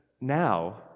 Now